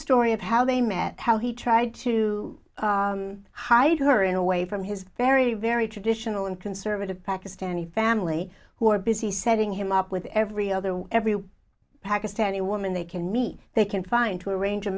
story of how they met how he tried to hide her in a way from his very very traditional and conservative pakistani family who are busy setting him up with every other one every pakistani woman they can meet they can find to arrange a